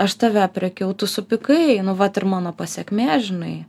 aš tave aprėkiau tu supykai nu vat ir mano pasekmė žinai